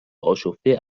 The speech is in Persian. آشفته